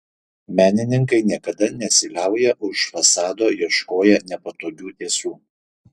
menininkai niekada nesiliauja už fasado ieškoję nepatogių tiesų